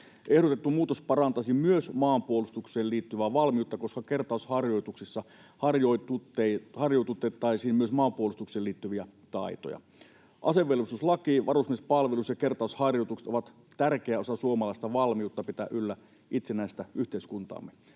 Ehdotettu muutos parantaisi myös maanpuolustukseen liittyvää valmiutta, koska kertausharjoituksissa harjoitutettaisiin myös maanpuolustukseen liittyviä taitoja. Asevelvollisuuslaki, varusmiespalvelus ja kertausharjoitukset ovat tärkeä osa suomalaista valmiutta pitää yllä itsenäistä yhteiskuntaamme.